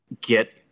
get